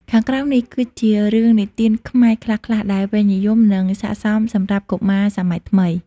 ខាងក្រោមនេះ គឺជារឿងនិទានខ្មែរខ្លះៗ ដែលពេញនិយម និងស័ក្តិសមសម្រាប់កុមារសម័យថ្មី។